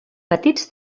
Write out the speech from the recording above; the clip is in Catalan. petits